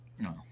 No